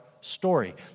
story